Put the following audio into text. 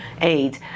aid